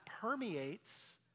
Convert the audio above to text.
permeates